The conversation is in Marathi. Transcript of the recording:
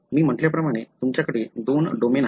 मी म्हटल्याप्रमाणे तुमच्याकडे दोन डोमेन आहेत